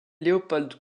leopold